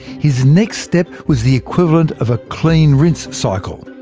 his next step was the equivalent of a clean rinse cycle.